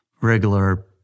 regular